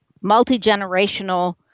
multi-generational